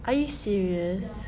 are you serious